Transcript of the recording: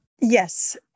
Yes